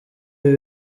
ibi